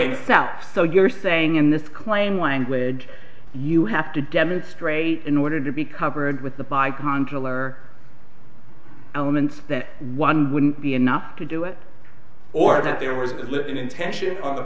south so you're saying in this claim language you have to demonstrate in order to be covered with the by contra learner elements that one wouldn't be enough to do it or that there was a living intention on the